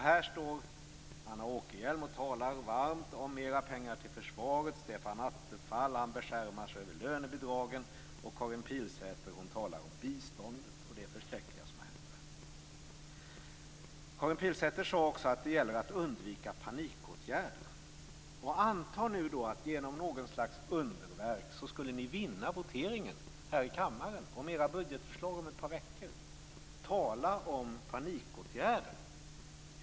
Här står Anna Åkerhielm och talar varmt om mer pengar till försvaret, Stefan Attefall beskärmar sig över lönebidragen och Karin Pilsäter talar om biståndet och det förskräckliga som har hänt där. Karin Pilsäter sade också att det gäller att undvika panikåtgärder. Anta nu att ni genom något slags underverk skulle vinna voteringen här i kammaren om ett par veckor om era budgetförslag. Tala om panikåtgärder!